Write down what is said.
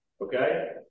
okay